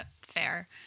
Fair